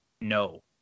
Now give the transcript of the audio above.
no